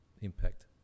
impact